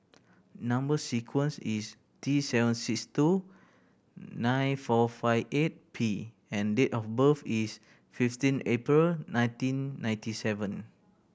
number sequence is T seven six two nine four five eight P and date of birth is fifteen April nineteen ninety seven